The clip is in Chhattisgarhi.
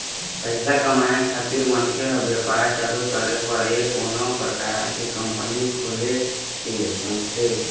पइसा कमाए खातिर मनखे ह बेपार चालू करे बर या कोनो परकार के कंपनी खोले के सोचथे